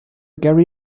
gary